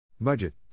Budget